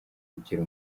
yigira